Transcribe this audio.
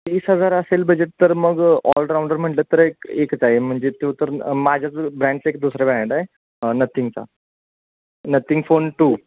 तीस हजार असेल बजेट तर मग ऑल रॉऊंडर म्हटलं तर एक एकच आहे म्हणजे तो तर माझ्याच ब्रँडचं एक दुसरा ब्रँड नथिंगचा नथिंग फोन टू